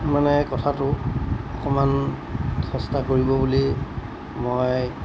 মানে কথাটো অকণমান চেষ্টা কৰিব বুলি মই